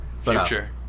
Future